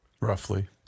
roughly